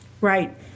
Right